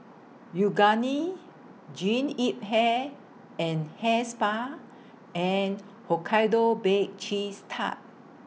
Yoogane Jean Yip Hair and Hair Spa and Hokkaido Baked Cheese Tart